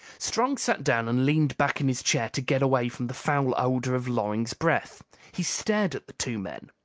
strong sat down and leaned back in his chair to get away from the foul odor of loring's breath. he stared at the two men.